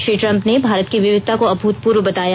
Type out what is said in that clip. Shri Trump ने भारत की विविधता को अभूतपूर्व बताया